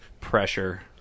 pressure